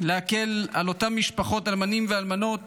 להקל על אותן משפחות אלמנים ואלמנות